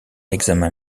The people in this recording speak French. examen